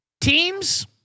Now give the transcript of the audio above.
Teams